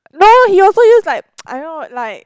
no he also use like I don't know like